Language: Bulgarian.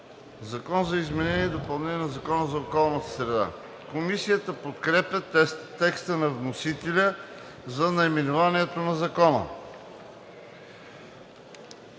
„Закон за изменение и допълнение на Закона за опазване на околната среда“.“ Комисията подкрепя текста на вносителя за наименованието на Закона.